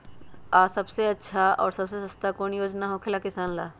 आ सबसे अच्छा और सबसे सस्ता कौन योजना होखेला किसान ला?